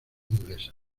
inglesa